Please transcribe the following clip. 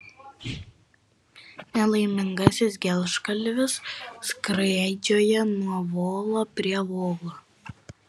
nelaimingasis gelžgalis skraidžioja nuo volo prie volo